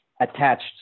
attached